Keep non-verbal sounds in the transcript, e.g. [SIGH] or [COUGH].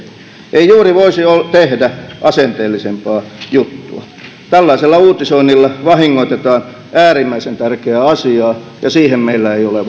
ei juuri voisi tehdä asenteellisempaa juttua tällaisella uutisoinnilla vahingoitetaan äärimmäisen tärkeää asiaa ja siihen meillä ei ole [UNINTELLIGIBLE]